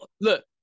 look